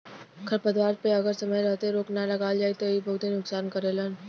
खरपतवार पे अगर समय रहते रोक ना लगावल जाई त इ बहुते नुकसान करेलन